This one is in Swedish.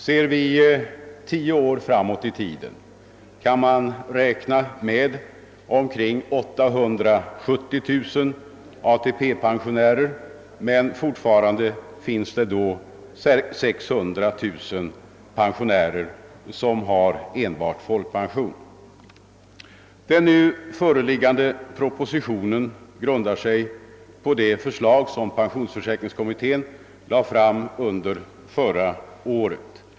Ser vi tio år framåt i tiden kan vi räkna med omkring 870000 ATP-pensionärer, men fortfarande finns det då 600 000 pensionärer som har enbart folkpension. Den nu föreliggande propositionen grundar sig på det förslag som pensionsförsäkringskommittén lade fram under förra året.